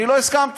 אני לא הסכמתי.